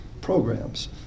programs